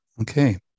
Okay